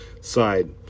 side